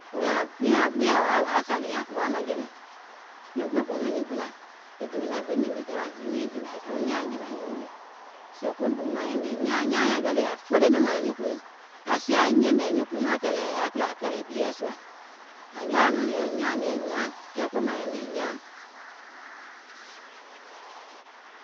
Wò yaȧ duunyɛŋ sȧlì nyaŋ kùwaùm maŋjɛ̀wɛ, e dòuŋ nɛ̀ gbiŋ ɓèmè jawaì, wo nyaaŋ jìwà nyùùŋ wii, nyùùŋ gbiŋ gòuŋ ɓɛ̀nɛ̀ŋ gbìla, soo kuŋ maŋ yɛ̀mɛ̀ nyaaŋ, nyaaŋ nyȧŋ ready ȧŋ folo nɔŋ mȧȧŋ nyuùnkpùuŋ, aŋ sie aŋ yɛ̀mɛ̀ nyuùnkpùnɔɔ̀ŋ kɛ̀lɛɛ aŋ kìlȧ aŋ kɛ̀lɛ̀ ɓieɛ̀ sùȧ, aŋ woȧ nɔŋ mìȧŋ nyaaŋ mìȧŋ nyaaŋ, kɛɛ kuii maŋ yɛ̀mɛ̀ nyaaŋ